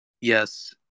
Yes